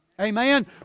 Amen